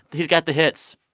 he's got the hits.